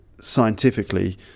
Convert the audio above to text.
scientifically